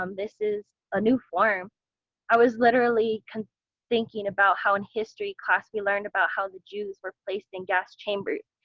um this is a new form i was literally kind of thinking about how in history class we learned about how the jews were placed in gas chambers.